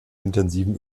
intensiven